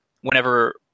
whenever